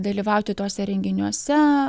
dalyvauti tuose renginiuose